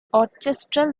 orchestral